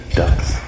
ducks